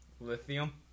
Lithium